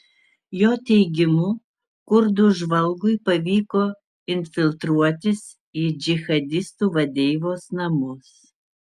jo teigimu kurdų žvalgui pavyko infiltruotis į džihadistų vadeivos namus